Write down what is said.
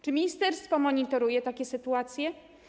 Czy ministerstwo monitoruje takie sytuacje?